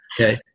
Okay